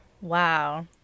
Wow